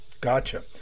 gotcha